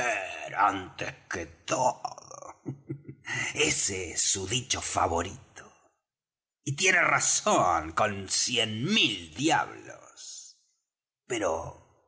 antes que todo es su dicho favorito y tiene razón con cien mil diablos pero